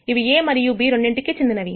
అవి A మరియు B రెండింటికీ చెందినవి